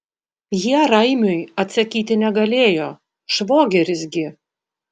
jie raimiui atsakyti negalėjo švogeris gi